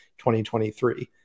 2023